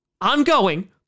ongoing